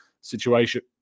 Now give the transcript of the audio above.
situation